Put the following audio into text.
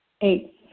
Eight